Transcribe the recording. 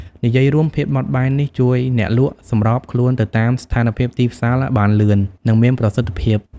និយាយរួម ភាពបត់បែននេះជួយអ្នកលក់សម្របខ្លួនទៅតាមស្ថានភាពទីផ្សារបានលឿន និងមានប្រសិទ្ធភាព។